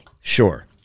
Sure